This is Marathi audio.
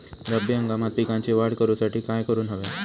रब्बी हंगामात पिकांची वाढ करूसाठी काय करून हव्या?